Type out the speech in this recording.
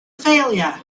failure